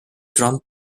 trump